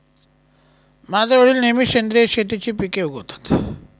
माझे वडील नेहमी सेंद्रिय शेतीची पिके उगवतात